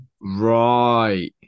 Right